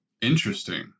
Interesting